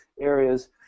areas